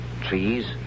trees